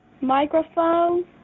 microphone